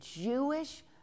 Jewish